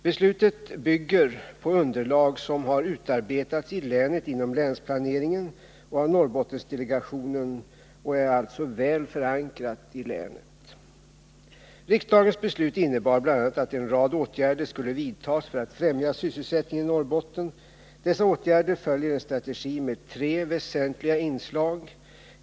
Beslutet bygger på underlag som har utarbetats i länet inom länsplaneringen och av Norrbottendelegationen och är alltså väl förankrat i länet. Riksdagens beslut innebar bl.a. att en rad åtgärder skulle vidtas för att främja sysselsättningen i Norrbotten. Dessa åtgärder följer en strategi med tre väsentliga inslag.